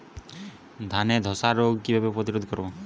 ধানে ধ্বসা রোগ কিভাবে প্রতিরোধ করব?